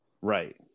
Right